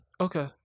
Okay